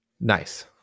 Nice